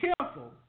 careful